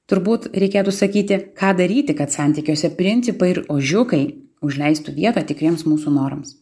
turbūt reikėtų sakyti ką daryti kad santykiuose principai ir ožiukai užleistų vietą tikriems mūsų norams